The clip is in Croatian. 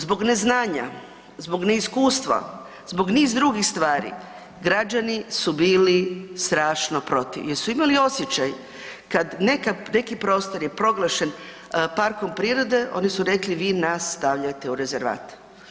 Zbog neznanja, zbog neiskustva, zbog niz drugih stvari građani su bili strašno protiv jer su imali osjećaj kad neki prostor je proglašen parkom prirode, oni su rekli, vi nas stavljate u rezervat.